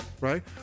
right